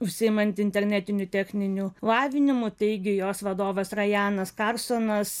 užsiimanti internetiniu techniniu lavinimu teigė jos vadovas rajenas karsonas